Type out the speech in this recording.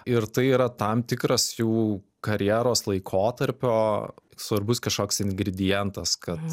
ir tai yra tam tikras jų karjeros laikotarpio svarbus kažkoks ingredientas kad